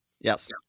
Yes